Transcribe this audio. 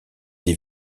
des